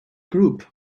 group